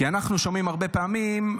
כי אנחנו שומעים הרבה פעמים,